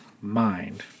mind